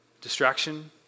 distraction